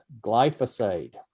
glyphosate